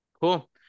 Cool